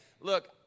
look